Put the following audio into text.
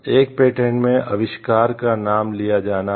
एक पेटेंट में आविष्कारक का नाम लिया जाना है